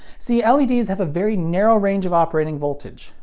see leds have a very narrow range of operating voltage,